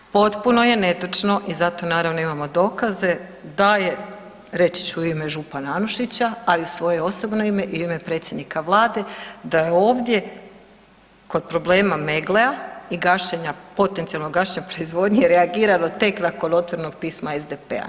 Potpuno je netočno i zato naravno imamo i dokaze da je, reći ću u ime župana Anušića, a i u svoje osobno ime i u ime predsjednika vlade da je ovdje kod problema „Megglea“ i gašenja, potencijalnog gašenja proizvodnje reagirano tek nakon otvorenog pisma SDP-a.